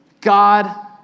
God